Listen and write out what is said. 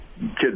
kids